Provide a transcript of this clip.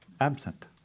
absent